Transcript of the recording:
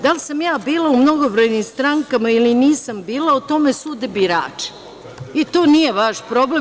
Da li sam ja bila u mnogobrojnim strankama ili nisam bila, o tome sude birači i to nije vaš problem.